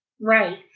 right